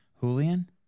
julian